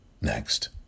next